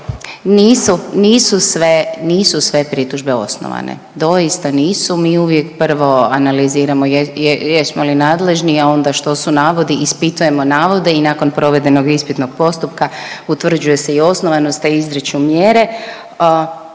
Nisu sve pritužbe osnovane, doista nisu, mi uvijek prvo analiziramo jesmo li nadležni, a onda što su navodi, ispitujemo navode i nakon provedenog ispitnog postupka utvrđuje se osnovanost te izriču mjere.